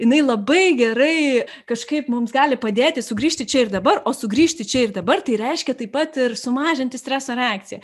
jinai labai gerai kažkaip mums gali padėti sugrįžti čia ir dabar o sugrįžti čia ir dabar tai reiškia taip pat ir sumažinti streso reakcija